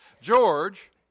George